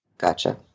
gotcha